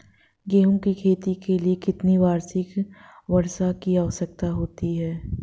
गेहूँ की खेती के लिए कितनी वार्षिक वर्षा की आवश्यकता होती है?